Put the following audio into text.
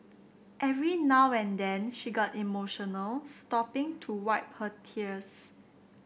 every now and then she got emotional stopping to wipe her tears